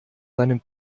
seinem